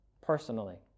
personally